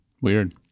Weird